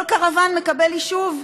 כל קרוון מקבל יישוב.